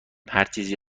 هرچیزی